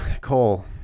Cole